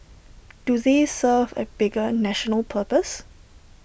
do they serve A bigger national purpose